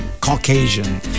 Caucasian